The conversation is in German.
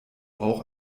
auch